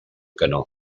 canó